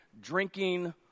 drinking